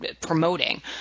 promoting